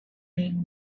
league